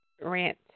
rant